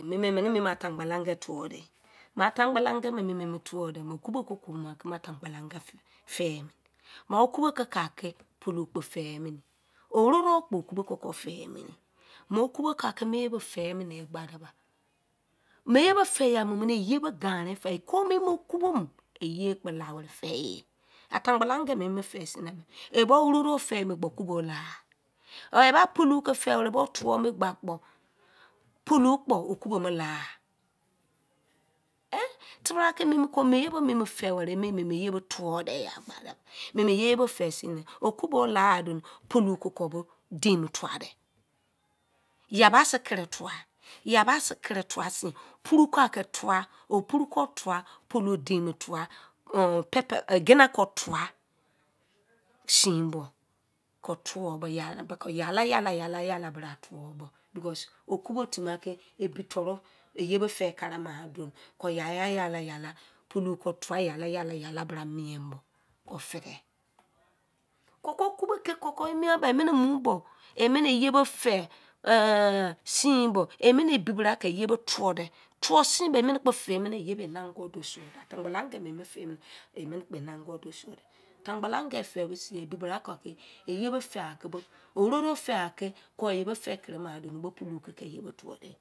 Me me emene mi-yo atangbala enge tuwu de, me, atangbala enge emu tuwu de, okubo ke koro ke tatangbala fe ma okubo ba ke, pulu kpo fe mene ororo kpo okubo ka femene ye me okubo ka ke me iye bo fe mene ye gba, me iye bo fe a mu mene iye bo ganien fa, eko mo okubo iye kpo la fe ye. Atangbala enge emu fe sin ne eba ororo fe mo okubo la or eba pulu fe were bo eba tumu ke gba kpo pulu kpo okubo me la ehn, tebra ke ni ke mellge bo fe were iye tuwa deal me iye bo fe si ne okubo la donni pulu ko kobo dein mo tuwa de yabasi kere mo tuwa, buru ka ke tuwa, opru kpo tuwa, pulu dein mo tuwa de ehn pepper, egina ko tuwa sin bo me ke tuwu bo ke yalayala yala bra tuwu because okubo timi ake ebi toro iye bo fe kere mo an don bo yalayayala, pulu kpo tuwa yalayala bra mien bo ke fe de koko okubo koro emi ba emene iye bo fe ehn sin bo emene ebi bra ke iye bo tuwude, tuwu sin bo emene fe mene iye bo ena ongu do sode tangbala enge emu fe emene inongu do suwu de, tangbala enge fe bosin ebi bra ke iye fe ake bo, ororo fe ake co iye bo fe kere mo kpo pulu ke iye bo tuwude.